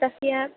तस्य